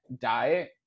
diet